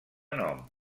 nom